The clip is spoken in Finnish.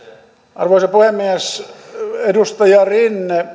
arvoisa puhemies edustaja rinne